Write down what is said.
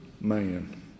man